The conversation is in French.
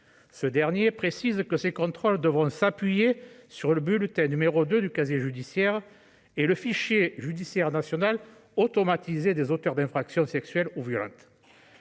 Ce dernier précise que ces contrôles devront s'appuyer sur le bulletin n° 2 du casier judiciaire et sur le fichier judiciaire national automatisé des auteurs d'infractions sexuelles ou violentes.